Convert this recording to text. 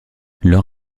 leur